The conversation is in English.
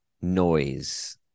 noise